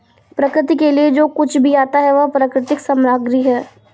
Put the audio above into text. प्रकृति के लिए जो कुछ भी आता है वह प्राकृतिक सामग्री है